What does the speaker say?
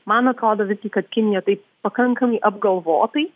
man atrodo visgi kad kinija taip pakankamai apgalvotai